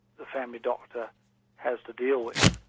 the family doctor has to deal with,